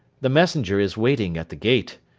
the messenger is waiting at the gate.